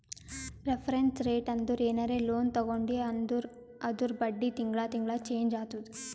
reference rate ಅಂದುರ್ ಏನರೇ loan ತಗೊಂಡಿ ಅಂದುರ್ ಅದೂರ್ ಬಡ್ಡಿ ತಿಂಗಳಾ ತಿಂಗಳಾ ಚೆಂಜ್ ಆತ್ತುದ